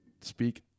speak